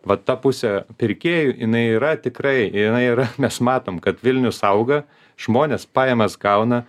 vat ta pusė pirkėjų inai yra tikrai jinai yra mes matom kad vilnius auga žmonės pajamas gauna